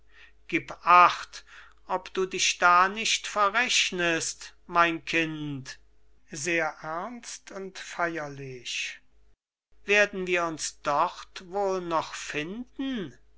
gib acht ob du dich da nicht verrechnest mein kind sehr ernst und feierlich werden wir uns dort wohl noch finden